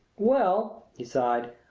well, he sighed,